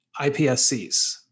iPSCs